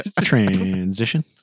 transition